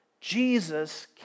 Jesus